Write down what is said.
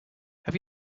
have